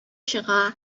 чыга